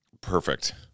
Perfect